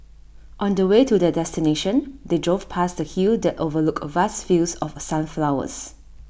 on the way to their destination they drove past A hill that overlooked vast fields of sunflowers